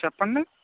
చెప్పండి